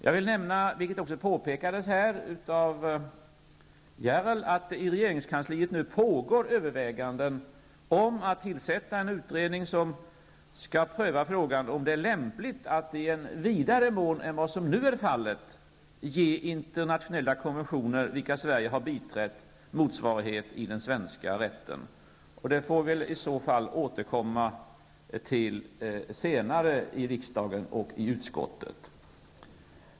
Som påpekades av Henrik Järrel, vill jag nämna att det i regeringskansliet pågår överväganden om att tillsätta en utredning som skall pröva frågan om det är lämpligt att i vidare mån än vad som nu är fallet ge internationella konventioner, vilka Sverige har biträtt, motsvarighet i den svenska rätten. Det får vi väl i så fall återkomma till senare i riksdagen och i utskottet. Herr talman!